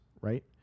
right